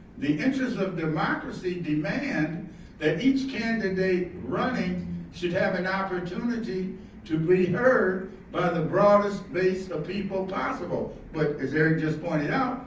the interests of democracy demand that each candidate running should have an opportunity to be heard by the broadest base of people possible. but as eric just pointed out,